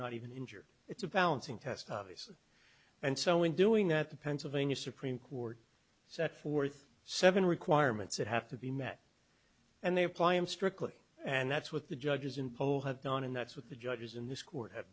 not even injured it's a balancing test obviously and so in doing that the pennsylvania supreme court set forth seven requirements that have to be met and they apply in strictly and that's what the judges in poll have done and that's what the judges in this court have